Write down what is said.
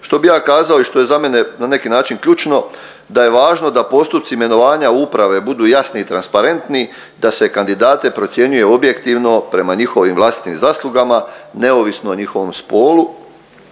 što bih ja kazao i što je za mene na neki način ključno da je važno da postupci imenovanja uprave budu jasni i transparentni, da se kandidate procjenjuje objektivno prema njihovim vlastitim zaslugama neovisno o njihovom spolu